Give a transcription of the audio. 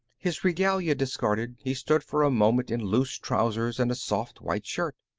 his regalia discarded, he stood for a moment in loose trousers and a soft white shirt,